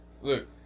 look